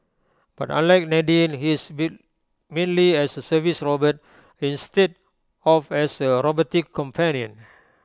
but unlike Nadine he is built mainly as A service robot instead of as A robotic companion